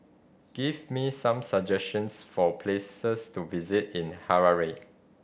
give me some suggestions for places to visit in Harare